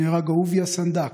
נהרג אהוביה סנדק,